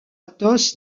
athos